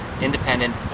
independent